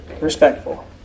respectful